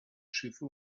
schiffe